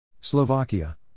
Slovakia